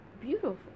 beautiful